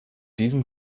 diesem